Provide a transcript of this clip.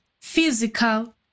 physical